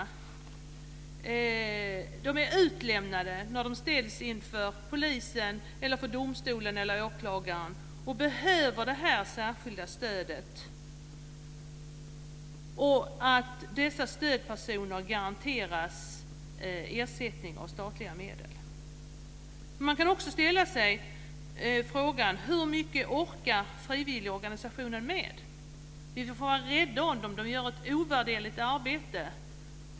De är utlämnade när de ställs inför polisen, domstolen eller åklagaren och behöver det här särskilda stödet. Stödpersoner måste garanteras ersättning av statliga medel. Man kan också ställa sig frågan: Hur mycket orkar frivilligorganisationen med? Vi får vara rädda om dem, de gör ett ovärderligt arbete.